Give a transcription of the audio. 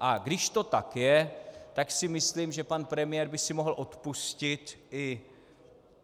A když to tak je, tak si myslím, že pan premiér by si mohl odpustit i